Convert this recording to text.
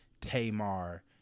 Tamar